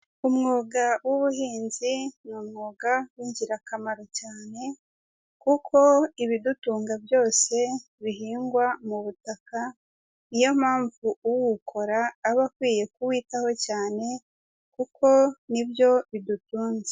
Umwuga w'ubuhinzi ni umwuga w'ingirakamaro cyane kuko ibidutunga byose bihingwa mu butaka, ni yo mpamvu uwukora aba akwiye kuwitaho cyane kuko ni byo bidutunze.